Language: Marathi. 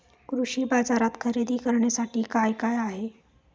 कृषी बाजारात खरेदी करण्यासाठी काय काय आहे?